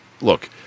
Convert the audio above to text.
look